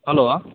hello